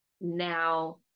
now